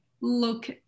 look